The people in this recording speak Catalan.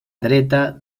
dreta